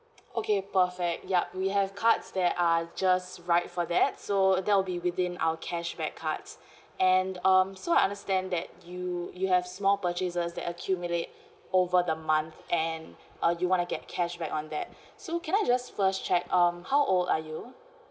okay perfect yup we have cards that are just right for that so there will be within our cashback cards and um so I understand that you you have small purchases that accumulate over the month and uh you want to get cashback on that so can I just first check um how old are you